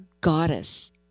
goddess